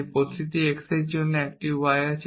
যে প্রতিটি x এর জন্য একটি y আছে